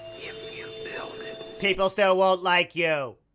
you build it, people still won't like you.